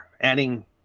Adding